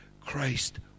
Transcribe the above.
Christ